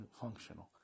functional